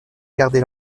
garder